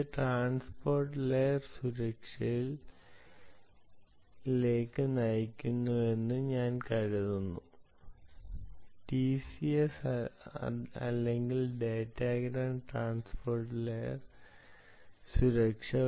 ഇത് transport layer സുരക്ഷയിലേക്ക് നയിക്കുന്നുവെന്ന് ഞാൻ കരുതുന്നു ടിഎൽഎസ് അല്ലെങ്കിൽ ഡാറ്റാഗ്രാം ട്രാൻസ്പോർട്ട് ലെയർ സുരക്ഷ